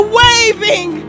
waving